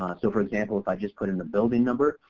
so for example if i just put in the building number,